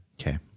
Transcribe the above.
Okay